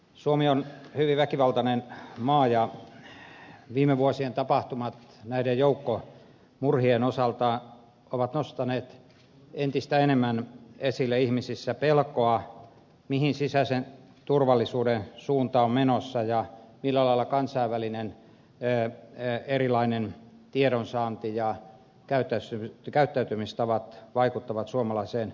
suomi on hyvin väkivaltainen maa ja viime vuosien tapahtumat näiden joukkomurhien osalta ovat nostaneet entistä enemmän esille ihmisissä pelkoa mihin sisäisen turvallisuuden suunta on menossa ja millä lailla kansainvälinen erilainen tiedonsaanti ja käyttäytymistavat vaikuttavat suomalaiseen yhteiskuntaan